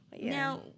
Now